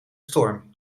storm